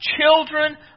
children